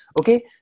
okay